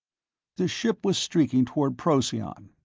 the ship was streaking toward procyon,